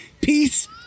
Peace